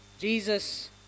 Jesus